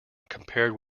compared